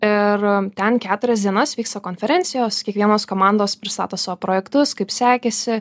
ir ten keturias dienas vyksta konferencijos kiekvienos komandos pristato savo projektus kaip sekėsi